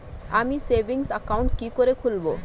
আমি savings account কি করে খুলব?